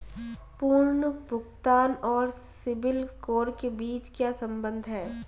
पुनर्भुगतान और CIBIL score के बीच क्या संबंध है?